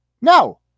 No